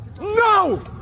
No